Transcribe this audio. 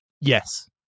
Yes